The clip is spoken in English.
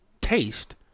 taste